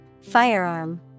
Firearm